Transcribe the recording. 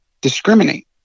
discriminate